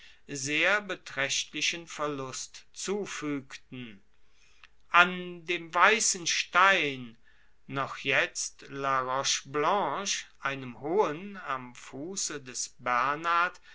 sehr betraechtlichen verlust zufuegten an dem weissen stein noch jetzt la roche blanche einem hohen am fusse des